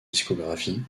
discographie